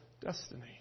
destiny